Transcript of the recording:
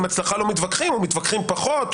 עם הצלחה לא מתווכחים או מתווכחים פחות.